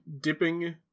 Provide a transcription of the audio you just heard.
dipping